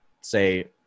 say